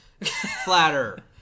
flatter